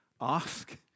ask